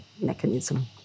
mechanism